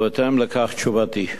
ובהתאם לכך תשובתי.